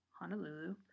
Honolulu